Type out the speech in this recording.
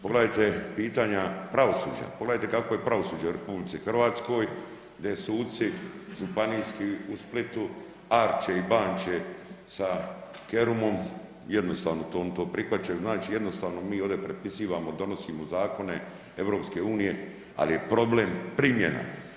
Pogledajte pitanja pravosuđa, pogledajte kako je pravosuđe u RH gdje suci županijski u Splitu arče i banče sa Kerumom, jednostavno oni to oni to prihvaćaju, znači jednostavno mi ovdje prepisivamo, donosimo zakone EU-a, ali je problem primjena.